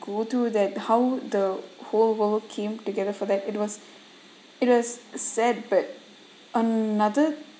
go through that how the whole world came together for that it was it was sad but another